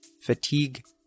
fatigue